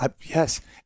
yes